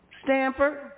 Stanford